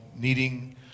needing